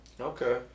Okay